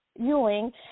Ewing